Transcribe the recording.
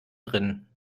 drinnen